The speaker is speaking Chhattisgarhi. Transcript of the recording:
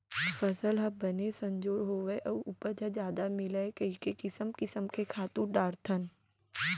फसल ह बने संजोर होवय अउ उपज ह जादा मिलय कइके किसम किसम के खातू डारथन